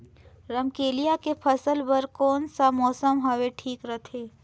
रमकेलिया के फसल बार कोन सा मौसम हवे ठीक रथे?